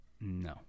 No